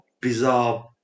bizarre